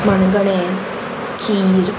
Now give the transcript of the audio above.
मणगणें खीर